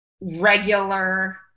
regular